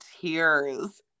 tears